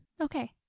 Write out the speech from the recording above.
Okay